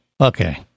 okay